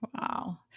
Wow